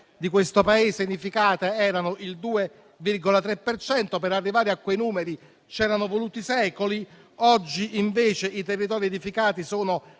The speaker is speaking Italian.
di questo Paese edificate erano il 2,3 per cento e per arrivare a quei numeri c'erano voluti secoli. Oggi invece i territori edificati sono